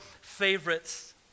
favorites